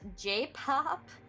j-pop